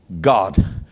God